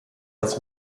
das